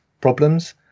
problems